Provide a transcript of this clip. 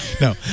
No